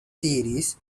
series